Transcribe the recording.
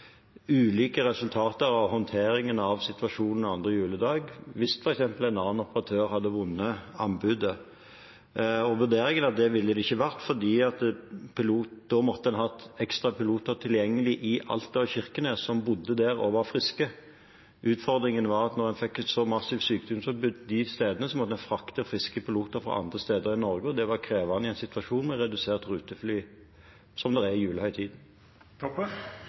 ulike resultater av håndteringen av situasjonen 2. juledag hvis f.eks. en annen operatør hadde vunnet anbudet. Vurderingen er at det ville det ikke vært, for da måtte en hatt ekstra piloter tilgjengelig i Alta og Kirkenes, som bodde der, og var friske. Utfordringen var at når en fikk et så massivt sykdomsutbrudd de stedene, måtte en frakte friske piloter fra andre steder i Norge, og det var krevende i en situasjon med redusert ruteflytilbud, som det er i